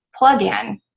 plugin